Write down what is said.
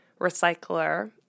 recycler